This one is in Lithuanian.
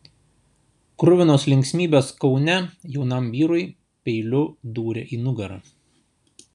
kruvinos linksmybės kaune jaunam vyrui peiliu dūrė į nugarą